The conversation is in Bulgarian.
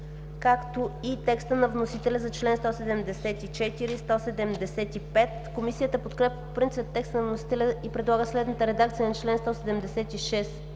както и текста на вносителя за чл. 174 и 175. Комисията подкрепя по принцип текста на вносителя и предлага следната редакция на чл. 176: